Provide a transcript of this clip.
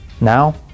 Now